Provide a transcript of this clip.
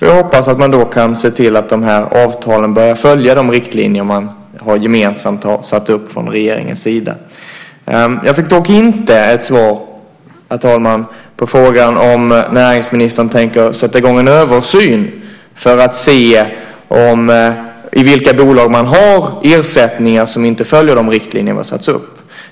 Jag hoppas att man då kan se till att avtalen börjar följa de riktlinjer man gemensamt har satt upp från regeringens sida. Herr talman! Jag fick dock inte ett svar på frågan om näringsministern tänker sätta i gång en översyn för att se i vilka bolag man har ersättningar som inte följer de riktlinjer som satts upp.